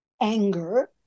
anger